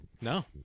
No